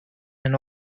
and